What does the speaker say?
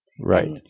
Right